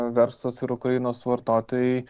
verslas ir ukrainos vartotojai